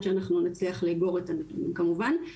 שאנחנו נצליח לאגור את הנתונים כמובן.